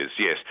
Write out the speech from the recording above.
yes